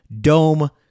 Dome